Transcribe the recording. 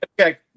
Okay